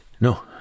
No